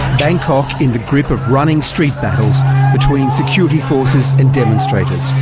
bangkok in the grip of running street battles between security forces and demonstrators.